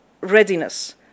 readiness